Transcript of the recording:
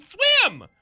swim